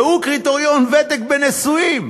והוא קריטריון הוותק בנישואים.